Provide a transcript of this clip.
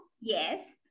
Yes